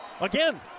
Again